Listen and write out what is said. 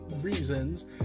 reasons